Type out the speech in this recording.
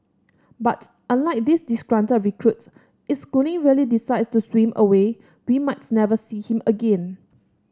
but unlike this disgruntled recruit if Schooling really decides to swim away we might never see him again